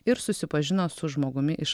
ir susipažino su žmogumi iš